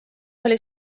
oli